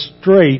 straight